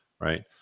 right